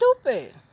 stupid